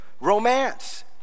romance